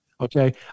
Okay